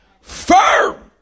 Firm